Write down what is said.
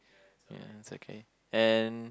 ya it's okay and